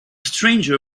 stranger